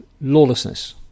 lawlessness